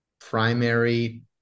primary